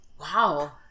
Wow